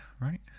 right